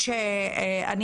מגדרי.